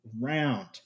round